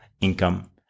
income